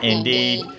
Indeed